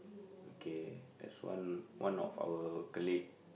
okay there's one one of our colleague